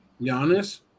Giannis